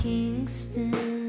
Kingston